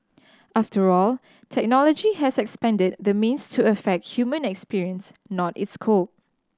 after all technology has expanded the means to affect human experience not its cope